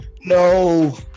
no